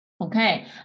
Okay